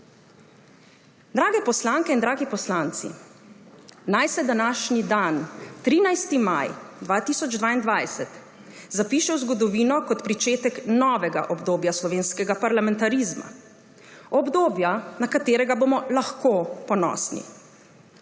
Drage poslanke in dragi poslanci, naj se današnji dan, 13. maj 2022, zapiše v zgodovino kot pričetek novega obdobja slovenskega parlamentarizma, obdobja, na katerega bomo lahko ponosni.